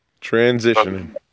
Transitioning